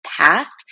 past